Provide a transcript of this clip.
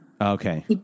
Okay